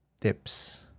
tips